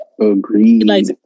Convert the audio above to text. Agreed